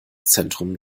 zentrum